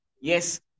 Yes